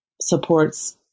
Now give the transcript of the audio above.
supports